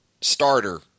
starter